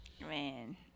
Man